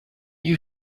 you